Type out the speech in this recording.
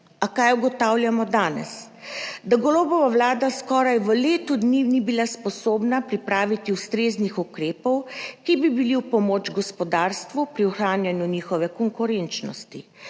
A kaj ugotavljamo danes? Da Golobova vlada skoraj v letu dni ni bila sposobna pripraviti ustreznih ukrepov, ki bi bili v pomoč gospodarstvu pri ohranjanju njihove konkurenčnosti.